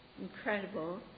Incredible